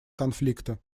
конфликта